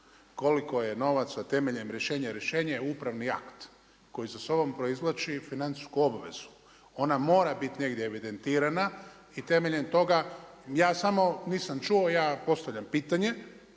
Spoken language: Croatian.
koliko je novaca temeljem rješenja. Rješenje je upravni akt koji za sobom proizvlači financijsku obvezu. Ona mora biti negdje evidentirana i temeljem toga ja samo nisam čuo, ja postavljam pitanje